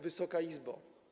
Wysoka Izbo!